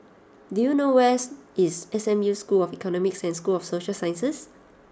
Do you know where is S M U School of Economics and School of Social Sciences